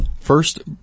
First